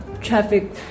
traffic